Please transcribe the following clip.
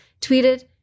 tweeted